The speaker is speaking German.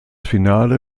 finale